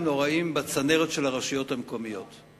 נוראיים בצנרת של הרשויות המקומיות.